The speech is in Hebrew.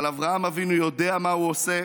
אבל אברהם אבינו יודע מה הוא עושה,